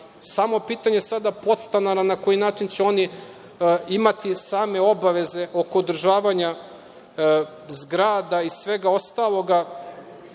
samo pitanje sada podstanara na koji način će oni imati same obaveze oko održavanja zgrada i svega ostalog.